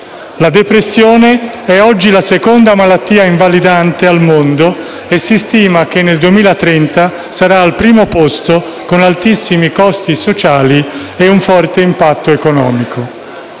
La depressione è oggi la seconda malattia invalidante al mondo e si stima che nel 2030 sarà al primo posto, con altissimi costi sociali e un forte impatto economico.